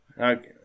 Okay